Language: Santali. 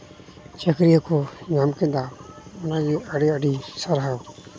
ᱪᱟᱹᱠᱨᱤᱭᱟᱠᱚ ᱧᱟᱢ ᱠᱮᱫᱟ ᱚᱱᱟᱜᱮ ᱟᱹᱰᱤ ᱟᱹᱰᱤ ᱥᱟᱨᱦᱟᱣ